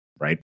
right